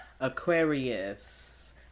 Aquarius